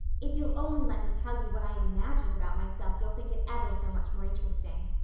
if you'll only let me tell you what i imagine about myself you'll think it ever so much more interesting.